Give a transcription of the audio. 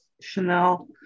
Chanel